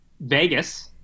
Vegas